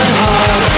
heart